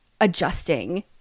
adjusting